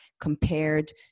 compared